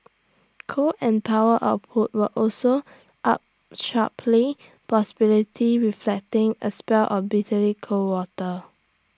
coal and power output were also up sharply possibility reflecting A spell of bitterly cold water